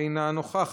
אינה נוכחת.